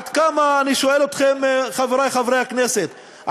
חברי חברי הכנסת,